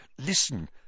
Listen